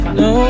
no